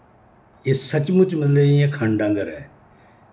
एह् सचमुच मतलब इयां खंड आंह्गर ऐ